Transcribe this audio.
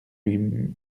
lui